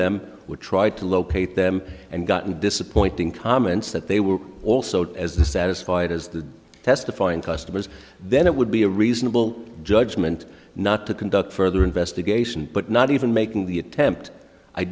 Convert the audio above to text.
them would try to locate them and gotten disappointing comments that they were also as dissatisfied as the testifying customers then it would be a reasonable judgment not to conduct further investigation but not even making the attempt i